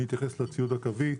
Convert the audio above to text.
אתייחס לציוד הקווי.